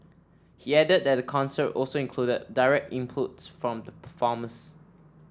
he added that the concert also included direct inputs from the performers